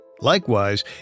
Likewise